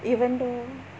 even though